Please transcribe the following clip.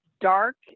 dark